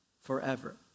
forever